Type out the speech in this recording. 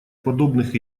подобных